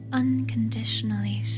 unconditionally